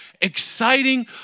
exciting